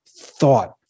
thought